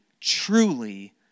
truly